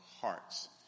hearts